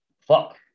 fuck